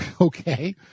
Okay